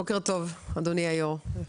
בוקר טוב אדוני היו"ר,